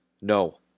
No